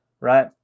right